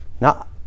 now